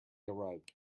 arrived